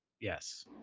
Yes